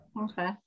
okay